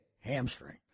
hamstring